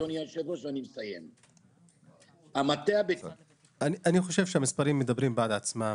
אני חושב שהמספרים מדברים בעד עצמם.